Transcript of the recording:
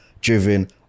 driven